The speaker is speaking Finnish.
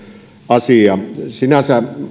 asia sinänsä